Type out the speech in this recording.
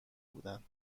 بودن